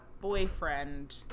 boyfriend